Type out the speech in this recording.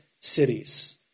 cities